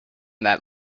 that